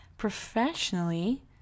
Professionally